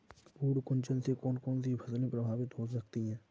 पर्ण कुंचन से कौन कौन सी फसल प्रभावित हो सकती है?